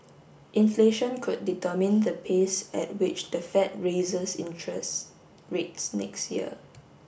inflation could determine the pace at which the Fed raises interest rates next year